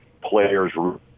players